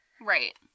right